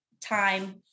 time